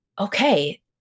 okay